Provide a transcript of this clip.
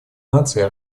наций